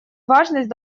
важность